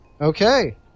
Okay